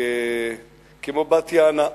כמו בת יענה,